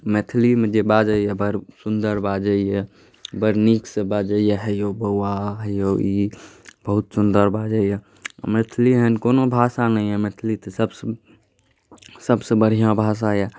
मैथिलीमे जे बाजैए बड़ सुन्दर बाजैए बड़ नीकसँ बाजैए हे औ बौआ हे औ ई बहुत सुन्दर बाजैए मैथिली एहन कोनो भाषा नहि अइ मैथिली तऽ सबसँ बढ़िआँ भाषा अइ